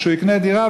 כשהוא יקנה דירה,